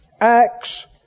Acts